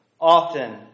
often